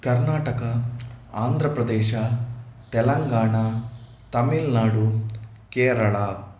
Karnataka Andhra Pradesh Telangana Tamil Nadu Kerala